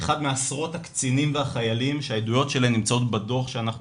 אחד מעשרות הקצינים והחיילים שהעדויות שלהם נמצאות בדוח שאנחנו